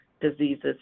diseases